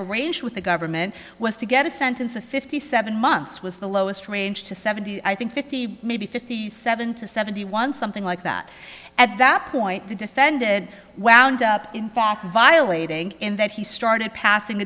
arranged with the government was to get a sentence of fifty seven months was the lowest range to seventy i think fifty maybe fifty seven to seventy one something like that at that point the defended wound up in violating in that he started passing